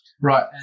right